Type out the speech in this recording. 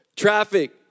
Traffic